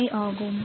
25 ஆகும்